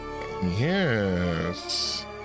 yes